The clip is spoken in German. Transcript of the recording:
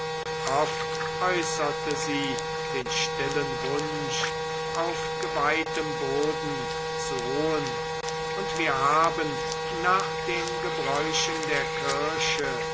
oft äußerte sie den stillen wunsch auf geweihtem boden zu ruhen und wir haben nach den gebräuchen der kirche